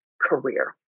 career